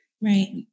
Right